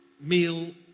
meal